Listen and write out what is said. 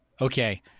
Okay